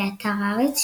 באתר הארץ,